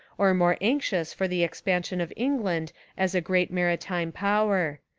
or more anxious for the expansion of england as a great maritime power.